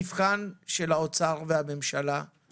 המבחן של האוצר והממשלה הוא